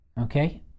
okay